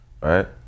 right